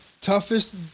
Toughest